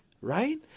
right